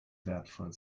wertvoll